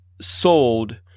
sold